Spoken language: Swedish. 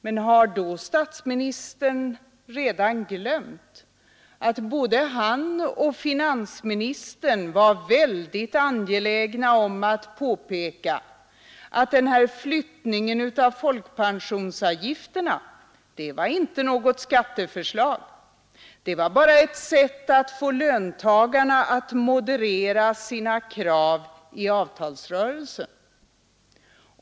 Men har då statsministern redan glömt att både han och finansministern var mycket angelägna om att påpeka att flyttningen av folkpensionsavgifterna inte var något skatteförslag? Det var bara ett sätt att få löntagarna att moderera sina krav vid avtalsrörelsen.